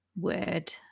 word